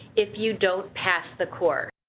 if you don't pass the course?